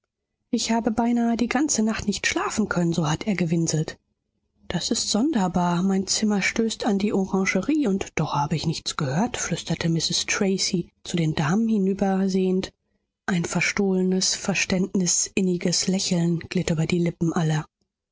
ich habe beinahe die ganze nacht nicht schlafen können so hat er gewinselt das ist sonderbar mein zimmer stößt an die orangerie und doch habe ich nichts gehört flüsterte mrs tracy zu den damen hinüber sehend ein verstohlenes verständnisinniges lächeln glitt über die lippen aller